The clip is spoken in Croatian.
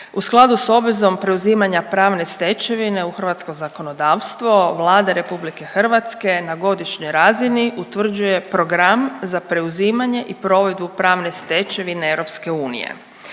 u skladu s obvezom preuzimanja pravne stečevine u hrvatsko zakonodavstvo Vlada RH na godišnjoj razini utvrđuje program za preuzimanje i provedbu pravne stečevine EU.